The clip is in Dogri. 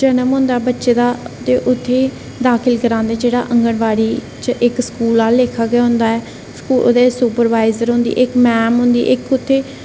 जन्म होंदा बच्चे दा ते उत्थै दाखल करांदे जेह्ड़ा आंगनवाड़ी इक्क स्कूल आह्ले लेखा गै होंदा ऐ ओह्दे च इक्क सुपरवाईजर होंदी इक्क मैम होंदी ते इक्क